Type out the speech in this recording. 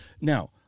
Now